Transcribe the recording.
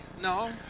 No